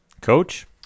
Coach